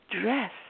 dress